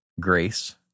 grace